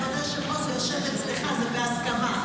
כבוד היושב-ראש, זה יושב אצלך, זה בהסכמה.